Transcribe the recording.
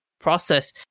process